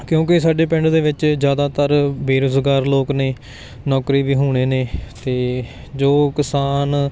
ਕਿਉਂਕਿ ਸਾਡੇ ਪਿੰਡ ਦੇ ਵਿੱਚ ਜ਼ਿਆਦਾਤਰ ਬੇਰੁਜ਼ਗਾਰ ਲੋਕ ਨੇ ਨੌਕਰੀ ਵੀ ਹੋਣੇ ਨੇ ਅਤੇ ਜੋ ਕਿਸਾਨ